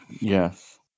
Yes